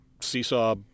seesaw